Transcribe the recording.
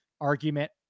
argument